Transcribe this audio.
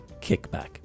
kickback